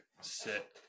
sit